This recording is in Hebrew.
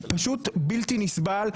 פשוט בלתי נסבל.